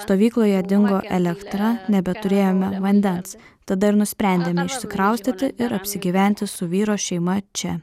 stovykloje dingo elektra nebeturėjome vandens tada ir nusprendėme išsikraustyti ir apsigyventi su vyro šeima čia